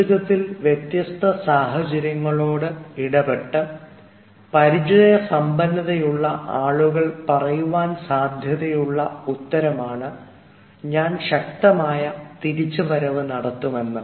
ജീവിതത്തിൽ വ്യത്യസ്ത സാഹചര്യങ്ങളോട് ഇടപെട്ട് പരിചയസമ്പന്നതയുള്ള ആളുകൾ പറയുവാൻ സാധ്യതയുള്ള ഉത്തരമാണ് ഞാൻ ശക്തമായ തിരിച്ചുവരവ് നടത്തുമെന്നത്